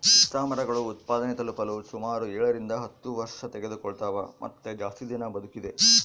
ಪಿಸ್ತಾಮರಗಳು ಉತ್ಪಾದನೆ ತಲುಪಲು ಸುಮಾರು ಏಳರಿಂದ ಹತ್ತು ವರ್ಷತೆಗೆದುಕೊಳ್ತವ ಮತ್ತೆ ಜಾಸ್ತಿ ದಿನ ಬದುಕಿದೆ